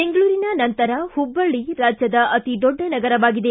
ಬೆಂಗಳೂರಿನ ನಂತರ ಹುಬ್ಬಳ್ಳಿ ರಾಜ್ಯದ ಅತಿದೊಡ್ಡ ನಗರವಾಗಿದೆ